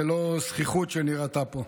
ולא הזחיחות שנראתה פה.